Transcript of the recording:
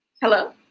hello